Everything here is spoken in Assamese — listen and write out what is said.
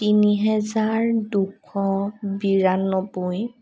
তিনি হাজাৰ দুশ বিৰান্নবৈ